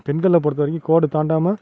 பெண்களை பொறுத்த வரைக்கும் கோடு தாண்டாமல்